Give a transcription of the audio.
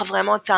חברי המועצה